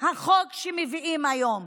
החוק שמביאים היום,